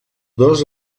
dos